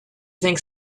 think